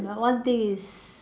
but one thing is